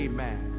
Amen